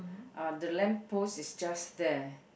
uh the lamp post is just there